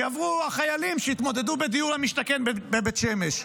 שיעברו החיילים שיתמודדו בדיור למשתכן בבית שמש.